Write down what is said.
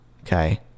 Okay